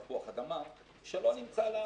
תפוח אדמה שלא נמצא לקניין,